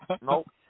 nope